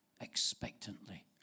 expectantly